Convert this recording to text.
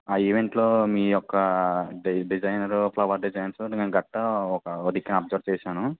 ఆ ఈవెంట్లో మీ యొక్క డి డిజైనర్ ఫ్లవర్ డిజైన్స్ నేను గట్ట ఒక అది కాప్చర్ చేశాను